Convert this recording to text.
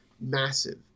massive